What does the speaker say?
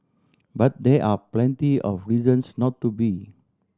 but there are plenty of reasons not to be